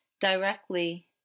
directly